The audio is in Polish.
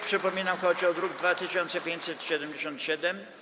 Przypominam, że chodzi o druk nr 2577.